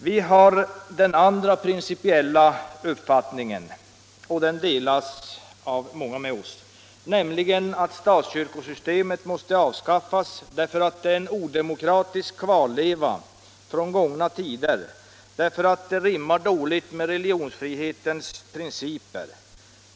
Vi har den andra principiella uppfattningen — och den har många med oss — nämligen att statskyrkosystemet måste avskaffas därför att det är en odemokratisk kvarleva från gångna tider; det rimmar dåligt med religionsfrihetens principer.